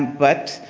but,